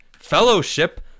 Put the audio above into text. Fellowship